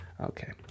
Okay